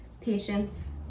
patience